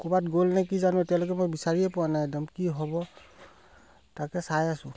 ক'ৰবাত গ'ল নে কি জানো এতিয়ালৈকে মই বিচাৰিয়ে পোৱা নাই একদম কি হ'ব তাকে চাই আছোঁ